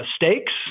mistakes